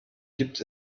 gibt